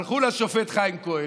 הלכו לשופט חיים כהן,